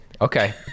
Okay